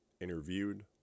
Interviewed